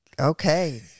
okay